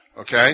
Okay